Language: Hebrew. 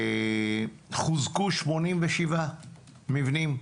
וחוזקו 87 מבנים,